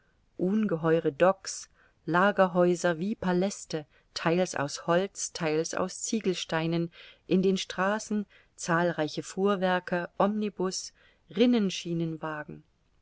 ungeheure docks lagerhäuser wie paläste theils aus holz theils aus ziegelsteinen in den straßen zahlreiche fuhrwerke omnibus rinnenschienenwagen